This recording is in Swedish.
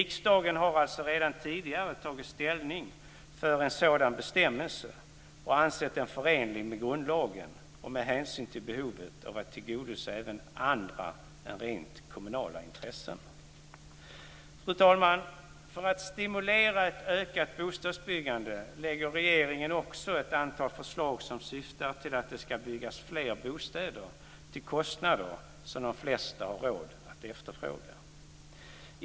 Riksdagen har alltså redan tidigare tagit ställning för en sådan bestämmelse och ansett den förenlig med grundlagen och med hänsyn till behovet av att tillgodose även andra än rent kommunala intressen. Fru talman! För att stimulera ett ökat bostadsbyggande lägger regeringen också fram ett antal förslag som syftar till att det ska byggas fler bostäder till kostnader som de flesta har råd att efterfråga.